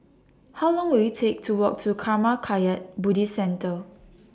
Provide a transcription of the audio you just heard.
How Long Will IT Take to Walk to Karma Kagyud Buddhist Centre